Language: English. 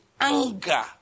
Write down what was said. anger